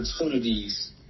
opportunities